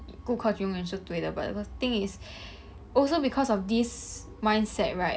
顾客永远是对的 but the thing is also because of this mindset right